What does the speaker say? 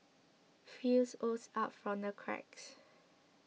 filth oozed out from the cracks